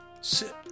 sit